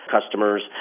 Customers